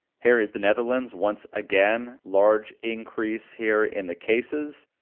here is the netherlands. once again, large increase here in the cases.